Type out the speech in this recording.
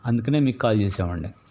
అందుకనే మీకు కాల్ చేసామండి